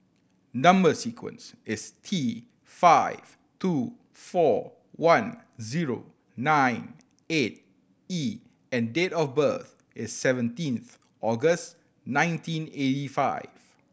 number sequence is T five two four one zero nine eight E and date of birth is seventeen August nineteen eighty five